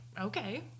okay